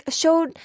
showed